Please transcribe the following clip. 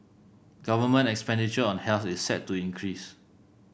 government expenditure on health is set to increase